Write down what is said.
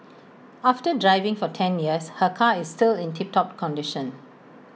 after driving for ten years her car is still in tip top condition